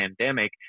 pandemic